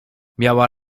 miała